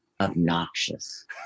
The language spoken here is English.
obnoxious